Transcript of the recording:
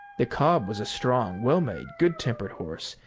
the cob was a strong, well-made, good-tempered horse,